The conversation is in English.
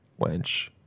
Wench